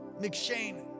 McShane